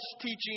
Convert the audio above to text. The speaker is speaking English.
teaching